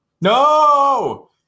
No